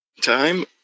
time